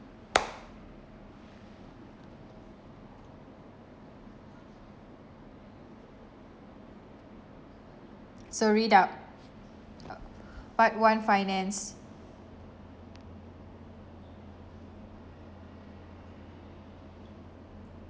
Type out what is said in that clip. so read up uh part one finance